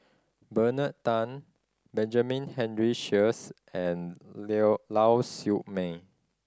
Bernard Tan Benjamin Henry Sheares and Lau Siew Mei